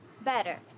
better